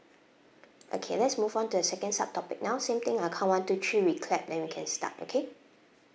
okay let's move on to the second sub topic now same thing I'll count one two three we clap then we can start okay